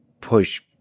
push